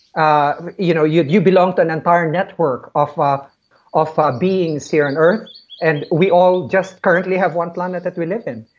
ah you know you you belong to an entire network um of ah beings here on earth and we all just currently have one planet that we live in.